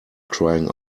crying